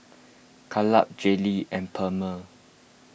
Kaleb Jaylynn and Pernell